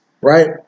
right